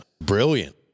brilliant